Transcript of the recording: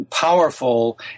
powerful